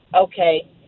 Okay